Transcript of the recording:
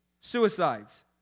Suicides